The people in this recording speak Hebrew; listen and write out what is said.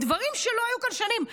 דברים שלא היו כאן שנים.